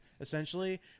essentially